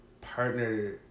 partner